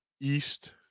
East